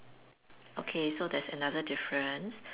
okay so there's another difference